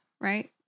right